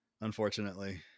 unfortunately